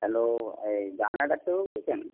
hello এই জাহানা ডাক্তারবাবু বলছেন